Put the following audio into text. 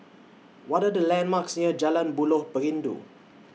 What Are The landmarks near Jalan Buloh Perindu